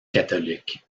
catholique